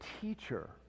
teacher